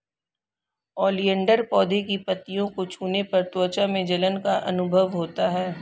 oleander पौधे की पत्तियों को छूने पर त्वचा में जलन का अनुभव होता है